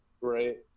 Right